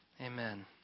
Amen